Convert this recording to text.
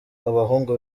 abahungu